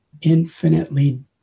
infinitely